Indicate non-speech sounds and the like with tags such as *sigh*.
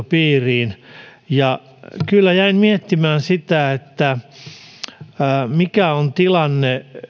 *unintelligible* piiriin kyllä jäin miettimään sitä mikä on tilanne